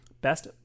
Best